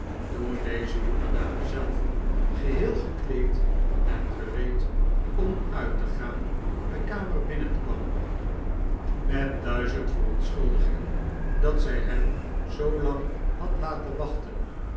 toen deze jongedame zelf geheel gekleed en gereed bm uit te gaan de kamer binnenkwam met duizend verontschuldigingen dat zij hem zoolang had laten wachten